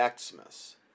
Xmas